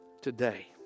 Today